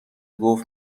گفت